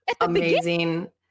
amazing